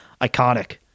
iconic